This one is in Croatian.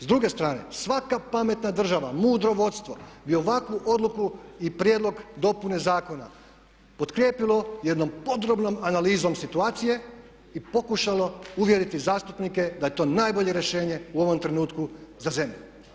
S druge strane, svaka pametna država mudro vodstvo bi ovakvu odluku i prijedlog dopune zakona potkrijepilo jednom podrobnom analizom situacije i pokušalo uvjeriti zastupnike da je to najbolje rješenje u ovom trenutku za zemlju.